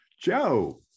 Joe